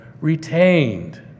retained